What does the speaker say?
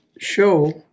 show